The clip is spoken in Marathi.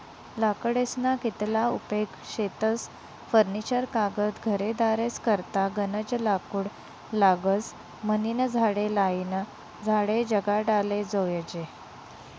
लाकडेस्ना कितला उपेग शेतस फर्निचर कागद घरेदारेस करता गनज लाकूड लागस म्हनीन झाडे लायीन झाडे जगाडाले जोयजे